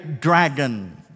dragon